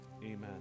amen